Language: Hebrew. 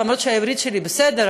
אומנם העברית שלי בסדר,